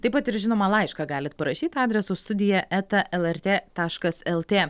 taip pat ir žinoma laišką galit parašyti adresu studija eta lrt taškas lt